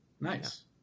nice